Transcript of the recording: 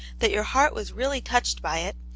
that your heart was really touched by it,